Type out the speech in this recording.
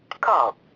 Call